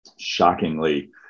shockingly